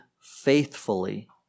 faithfully